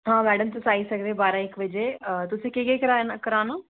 हां मैडम तुस आई सकदे बारां एक्क बजे तुसें केह् केह् कराना